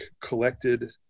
collected